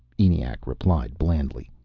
eniac replied blandly.